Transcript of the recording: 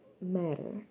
matter